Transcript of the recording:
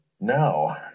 No